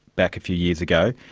back a few years ago,